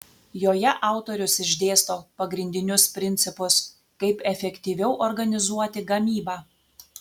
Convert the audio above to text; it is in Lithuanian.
joje autorius išdėsto pagrindinius principus kaip efektyviau organizuoti gamybą